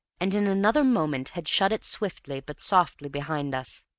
and in another moment had shut it swiftly but softly behind us.